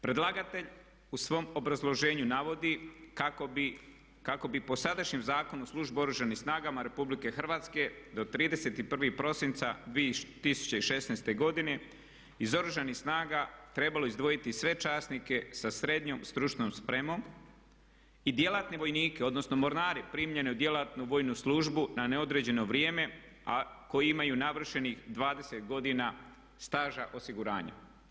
Predlagatelj u svom obrazloženju navodi kako bi po sadašnjem zakonu službe u Oružanim snagama RH do 31. prosinca 2016. godine iz Oružanih snaga trebalo izdvojiti sve časnike sa srednjom stručnom spremom i djelatne vojnike, odnosno mornare primljene u djelatnu vojnu službu na neodređeno vrijeme, a koji imaju navršenih 20 godina staža osiguranja.